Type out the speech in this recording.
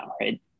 right